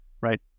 right